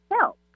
help